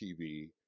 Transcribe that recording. TV